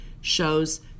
shows